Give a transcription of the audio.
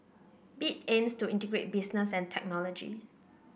bit aims to integrate business and technology